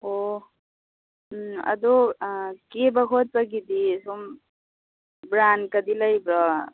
ꯑꯣ ꯑꯗꯣ ꯀꯦꯕ ꯈꯣꯠꯄꯒꯤꯗꯤ ꯁꯨꯝ ꯕ꯭ꯔꯥꯟꯗꯀꯗꯤ ꯂꯩꯕ꯭ꯔꯣ